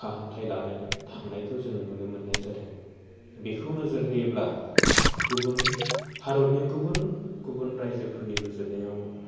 फाहामथाइ लानो थांनायखौ जोङो नुनो मोन्नाय जादों बेखौ नोजोर होयोब्ला गुबुन भारतनि गुबुन गुबुन रायजोफोरनि रुजुनायाव